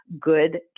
good